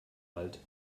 alt